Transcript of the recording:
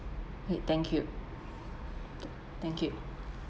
hmm thank you thank you